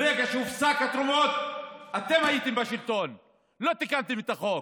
ברגע שהופסקו התרומות אתם הייתם בשלטון ולא תיקנתם את החוק.